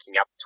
up